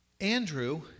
Andrew